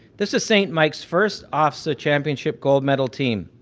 this is st mikes first ofsaa championship gold medal team,